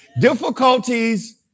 Difficulties